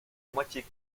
moitié